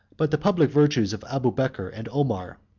but the public virtues of abubeker and omar,